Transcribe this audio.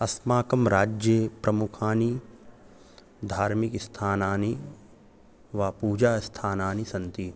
अस्माकं राज्ये प्रमुखानि धार्मिकस्थानानि वा पूजास्थानानि सन्ति